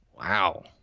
wow